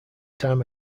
time